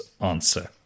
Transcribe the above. answer